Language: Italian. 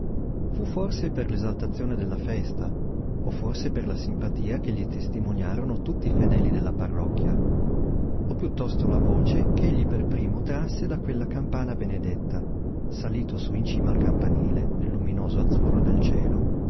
fu forse per l'esaltazione della festa o forse per la simpatia che gli testimoniarono tutti i fedeli della parrocchia o piuttosto la voce ch'egli per primo trasse da quella campana benedetta salito su in cima al campanile nel luminoso azzurro del cielo